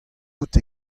out